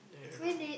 I don't know